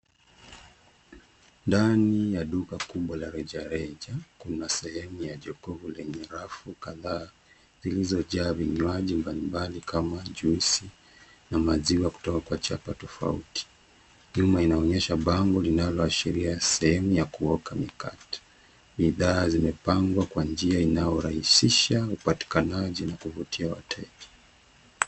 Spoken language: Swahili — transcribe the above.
Ndani ya duka kubwa la rejareja. Kuna sehemu ya jokofu lenye rafu kadhaa, zilizojaa vinywaji mbali mbali kama, juisi, na maziwa kutoka kwa chapa tofauti. Nyuma inaonyesha bango linaloashiria sehemu ya kuoka mikate. Bidhaa zimepangwa kwa njia ya inayorahisisha upatikanaji na kuvutia wateja.